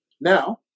now